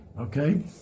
Okay